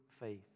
faith